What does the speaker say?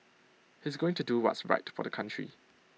he's going to do what's right for the country